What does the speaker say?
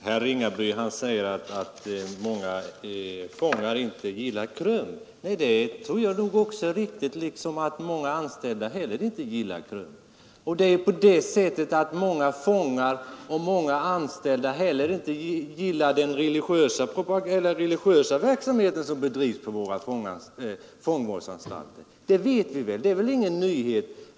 Herr talman! Herr Ringaby säger att många fångar inte gillar KRUM. Nej, det tror jag också är riktigt, liksom att många anställda heller inte gillar KRUM. Många anställda och många fångar gillar inte heller den religiösa verksamhet som bedrivs på våra fångvårdsanstalter. Det vet vi väl, det är väl ingen nyhet.